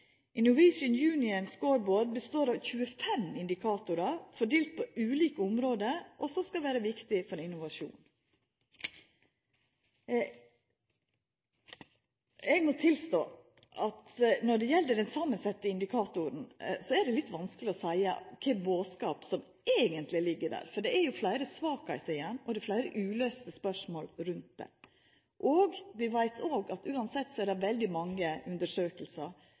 består av 25 indikatorar fordelte på ulike område som skal vera viktige for innovasjon. Eg må tilstå at når det gjeld den samansette indikatoren, er det litt vanskeleg å seia kva bodskap som eigentleg ligg der, for det er fleire svakheiter i den, og det er fleire uløyste spørsmål rundt den. Vi veit òg at uansett er det veldig mange